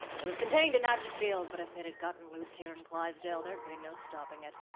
it was contained in hatchetfield, but if it had gotten loose here in clivesdale, there'd be no stopping it